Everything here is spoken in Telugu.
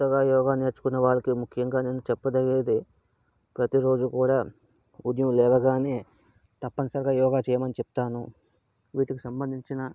కొత్తగా యోగ నేర్చుకున్నవాళ్ళకి ముఖ్యంగా నేను చెప్పదగేది ప్రతిరోజు కూడా ఉదయం లేవగానే తప్పనిసరిగా యోగ చేయమని చెప్తాను వీటికి సంబంధించిన